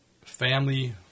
family